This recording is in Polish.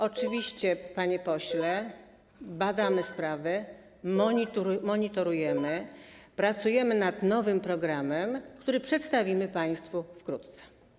Oczywiście, panie pośle, badamy sprawę, monitorujemy, pracujemy nad nowym programem, który przedstawimy państwu wkrótce.